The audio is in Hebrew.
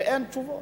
ואין תשובות.